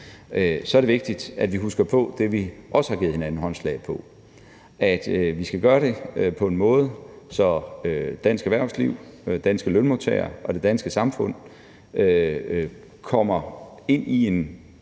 – for det danske samfund, husker på det, som vi også har givet hinanden håndslag på, nemlig at vi skal gøre det på en måde, så dansk erhvervsliv, danske lønmodtagere og det danske samfund kommer ind i en